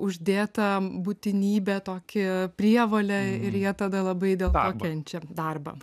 uždėtą būtinybę tokį prievolę ir jie tada labai dėl to kenčia darbą